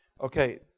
Okay